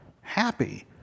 happy